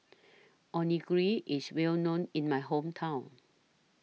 Onigiri IS Well known in My Hometown